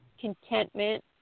contentment